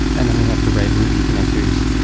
and then we have to write ruby connectors